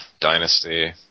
Dynasty